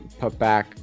putback